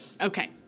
Okay